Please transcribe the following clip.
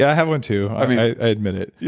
yeah have one too. i admit it. yeah